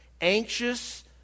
anxious